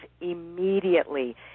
immediately